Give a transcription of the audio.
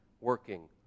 working